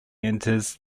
enters